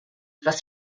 was